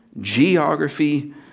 geography